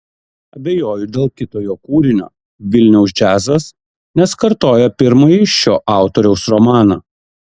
abejoju dėl kito jo kūrinio vilniaus džiazas nes kartoja pirmąjį šio autoriaus romaną